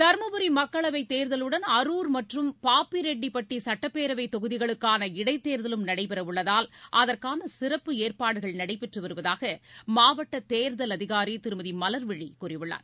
தரும்புரி மக்களவைத் தேர்தலுடன் அரூர் மற்றும் பாப்பிரெட்டிப்பட்டி சட்டப்பேரவைத் தொகுதிகளுக்கான இடைத்தேர்தலும் நடைபெற உள்ளதால் அதற்கான சிறப்பு ஏற்பாடுகள் நடைபெற்று வருவதாக மாவட்ட தேர்தல் அதிகாரி திருமதி மலர்விழி கூறியுள்ளார்